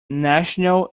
national